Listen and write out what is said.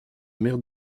mère